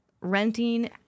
Renting